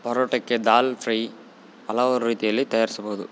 ಪರೋಟಕ್ಕೆ dal fry ಹಲವು ರೀತಿಯಲ್ಲಿ ತಯಾರಿಸಬಹುದು